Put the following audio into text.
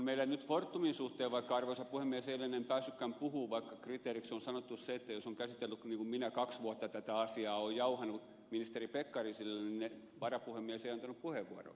meillä nyt fortumin suhteen arvoisa puhemies en eilen päässytkään puhumaan vaikka kriteeriksi on sanottu se että on käsitellyt niin kuin minä kaksi vuotta tätä asiaa olen jauhanut ministeri pekkariselle niin varapuhemies ei antanut puheenvuoroa